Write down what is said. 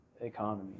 economy